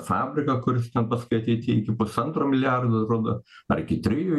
fabriką kuris ten paskui ateitį iki pusantro milijardo rodo ar iki trijų